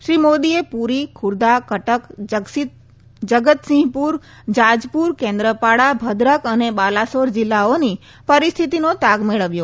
શ્રી મોદીએ પુરી ખુર્દા કટક જગતસિંહપુર જાજપુર કેન્દ્રપાડા ભદ્રક અને બાલાસોર જિલ્લાઓની પરિસ્થિતિનો તાગ મેળવ્યો